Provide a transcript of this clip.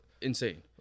Insane